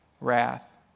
wrath